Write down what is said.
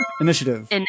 Initiative